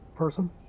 person